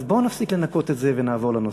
אז בואו ונפסיק לנקות את זה ונעבור לנושא.